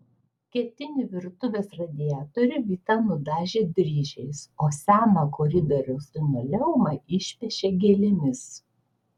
ketinį virtuvės radiatorių vita nudažė dryžiais o seną koridoriaus linoleumą išpiešė gėlėmis